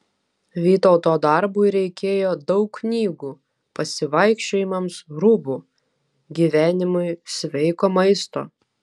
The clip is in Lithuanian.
vytauto darbui reikėjo daug knygų pasivaikščiojimams rūbų gyvenimui sveiko maisto